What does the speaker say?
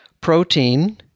protein